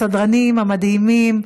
הסדרנים המדהימים,